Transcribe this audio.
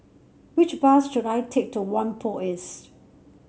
which bus should I take to Whampoa East